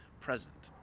present